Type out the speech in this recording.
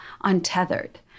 untethered